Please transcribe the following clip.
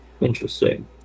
Interesting